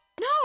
No